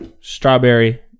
strawberry